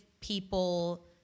people